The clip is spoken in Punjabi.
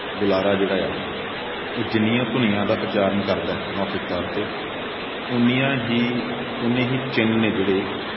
ਬੁਲਾਰਾ ਜਿਹੜਾ ਆ ਉਹ ਜਿੰਨੀਆਂ ਧੁਨੀਆਂ ਦਾ ਉਚਾਰਨ ਕਰਦਾ ਹੈ ਮੌਕੇ ਦੇ ਤੌਰ 'ਤੇ ਓਨੀਆਂ ਹੀ ਓਨੇ ਹੀ ਚਿੰਨ੍ਹ ਨੇ ਜਿਹੜੇ